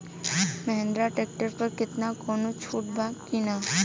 Mahindra tractor पर केतना कौनो छूट बा कि ना?